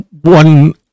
One